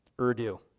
Urdu